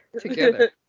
together